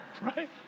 right